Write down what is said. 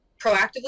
proactively